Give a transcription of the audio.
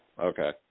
okay